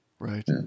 Right